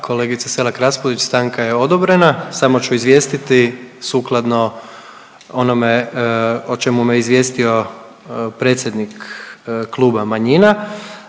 kolegice Selak Raspudić stanka je odobrena, samo ću izvijestiti, sukladno onome o čemu me izvijestio predsjednik kluba manjina